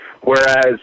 whereas